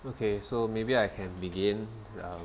okay so maybe I can begin um